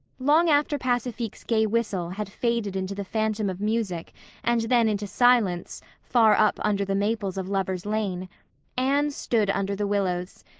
long after pacifique's gay whistle had faded into the phantom of music and then into silence far up under the maples of lover's lane anne stood under the willows,